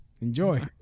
enjoy